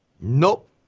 nope